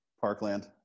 Parkland